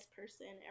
person